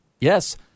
Yes